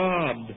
God